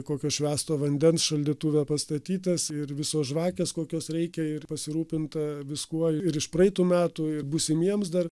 kokio švęsto vandens šaldytuve pastatytas ir visos žvakės kokios reikia ir pasirūpinta viskuo ir iš praeitų metų ir būsimiems dar